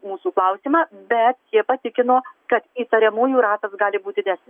mūsų klausimą bet jie patikino kad įtariamųjų ratas gali būt didesnis